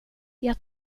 jag